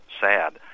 sad